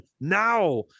now